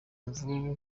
imvururu